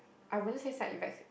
I wouldn't say side effects